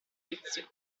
vizio